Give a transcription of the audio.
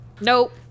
Nope